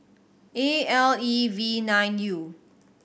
A L E V nine U